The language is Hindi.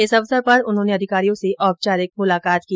इस अवसर पर उन्होंने अधिकारियों से औपचारिक मुलाकात की